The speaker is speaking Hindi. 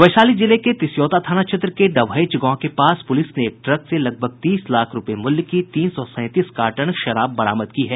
वैशाली जिले के तिसियौता थाना क्षेत्र के डभैच गांव के पास पूलिस ने एक ट्रक से लगभग तीस लाख रूपये मूल्य की तीन सौ सैंतीस कार्टन शराब बरामद की है